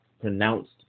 pronounced